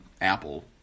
Apple